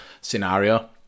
scenario